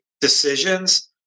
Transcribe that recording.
decisions